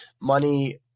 money